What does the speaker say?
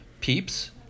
peeps